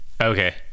Okay